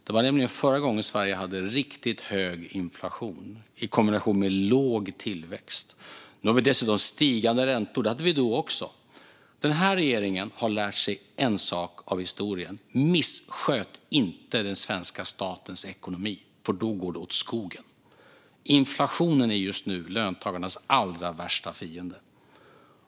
Det var nämligen förra gången som Sverige hade riktigt hög inflation i kombination med låg tillväxt. Nu har vi dessutom stigande räntor. Det hade vi då också. Den här regeringen har lärt sig en sak av historien: Missköt inte den svenska statens ekonomi, för då går det åt skogen! Inflationen är just nu löntagarnas allra värsta fiende.